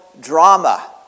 drama